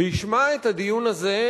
וישמע את הדיון הזה,